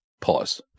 Pause